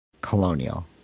colonial